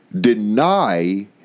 deny